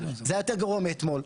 זה יותר גרוע מאתמול,